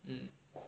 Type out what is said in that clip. mm